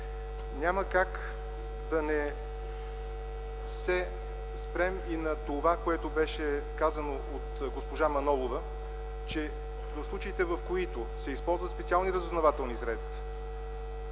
Няма как да не се спрем и на това, което беше казано от госпожа Манолова, че случаите, в които се използват специални разузнавателни средства,